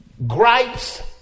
Gripes